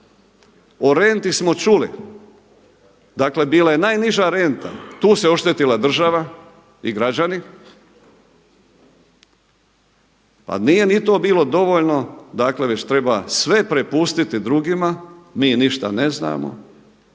O renti smo čuli. Dakle, bila je najniža renta. Tu se oštetila država i građani. Pa nije ni to bilo dovoljno, dakle već treba sve prepustiti drugima, mi ništa ne znamo